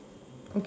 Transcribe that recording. okay